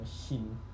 machine